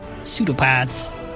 pseudopods